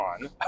on